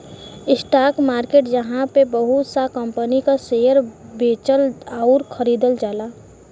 stock market जहाँ पे बहुत सा कंपनी क शेयर बेचल आउर खरीदल जाला